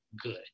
good